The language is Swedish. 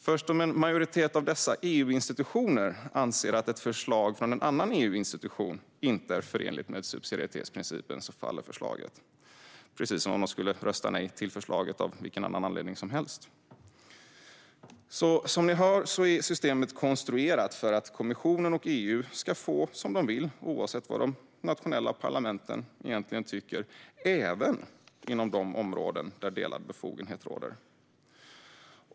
Först om en majoritet av dessa EU-institutioner anser att ett förslag från en annan EU-institution inte är förenligt med subsidiaritetsprincipen faller förslaget, precis som om de skulle rösta nej till förslaget av vilken annan anledning som helst. Som ni hör är systemet konstruerat för att kommissionen och EU ska få som de vill, oavsett vad de nationella parlamenteten egentligen tycker, även inom de områden där delad befogenhet råder.